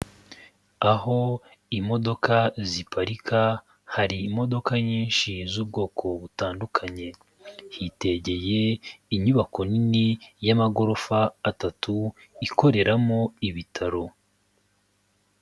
Aho imodoka ziparika hari imodoka nyinshi z'ubwoko butandukanye, hitegeye inyubako nini y'amagorofa atatu ikoreramo ibitaro.